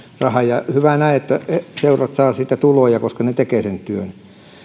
rahan hyvä näin että seurat saavat siitä tuloja koska ne tekevät sen työn